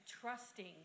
trusting